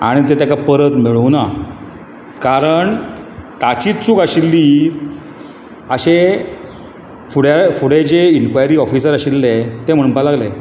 आनी ते तेका परत मेळुना कारण ताची चूक आशिल्ली अशें फुडे फुडें जें इन्क्वायरी ऑफिसर आशिल्ले ते म्हणपाक लागले